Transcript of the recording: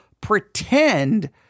pretend